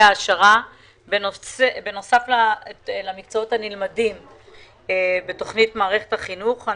העשרה בנוסף למקצועות הנלמדים בתכנית מערכת החינוך.